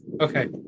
okay